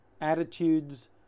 attitudes